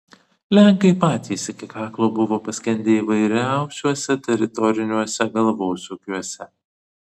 lenkai patys iki kaklo buvo paskendę įvairiausiuose teritoriniuose galvosūkiuose